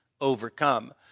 overcome